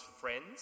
friends